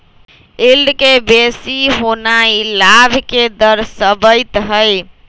yield के बेशी होनाइ लाभ के दरश्बइत हइ